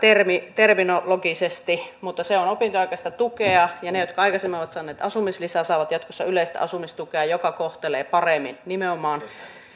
terminologisesti mutta se on opintojen aikaista tukea ja ne jotka aikaisemmin ovat saaneet asumislisää saavat jatkossa yleistä asumistukea joka kohtelee paremmin nimenomaan